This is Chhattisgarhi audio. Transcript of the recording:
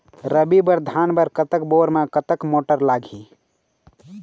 रबी बर धान बर कतक बोर म कतक मोटर लागिही?